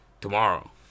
tomorrow